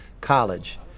college